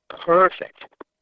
perfect